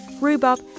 rhubarb